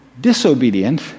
disobedient